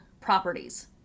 properties